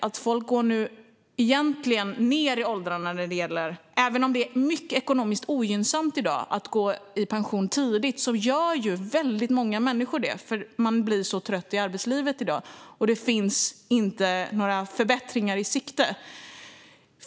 Människor går egentligen ned i åldern för sin pension. Även om det i dag är mycket ogynnsamt att gå i pension tidigt gör väldigt många människor det. De blir så trötta i arbetslivet i dag, och det finns inte några förbättringar i sikte.